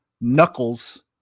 knuckles